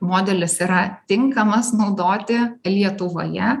modelis yra tinkamas naudoti lietuvoje